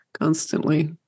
Constantly